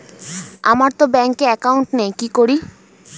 আমারতো ব্যাংকে একাউন্ট নেই কি করি?